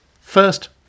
First